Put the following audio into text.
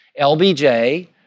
LBJ